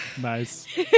Nice